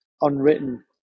unwritten